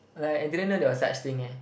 like I didn't know there was such thing eh